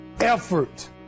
Effort